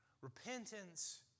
repentance